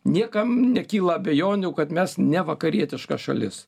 niekam nekyla abejonių kad mes ne vakarietiška šalis